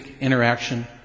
interaction